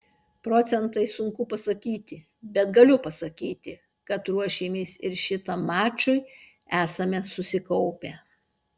procentais sunku pasakyti bet galiu pasakyti kad ruošėmės ir šitam mačui esame susikaupę